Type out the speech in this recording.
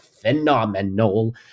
phenomenal